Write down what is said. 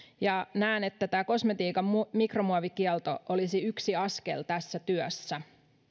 näen että tämä kosmetiikan mikromuovikielto olisi yksi askel tässä työssä